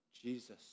Jesus